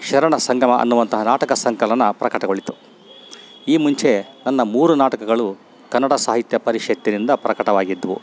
ಶರಣ ಸಂಗಮ ಅನ್ನುವಂತಹ ನಾಟಕ ಸಂಕಲನ ಪ್ರಕಟಗೊಳ್ಳಿತು ಈ ಮುಂಚೆ ನನ್ನ ಮೂರು ನಾಟಕಗಳು ಕನ್ನಡ ಸಾಹಿತ್ಯ ಪರಿಷತ್ತಿನಿಂದ ಪ್ರಕಟವಾಗಿದ್ವು